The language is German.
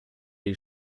die